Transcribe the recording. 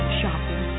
shopping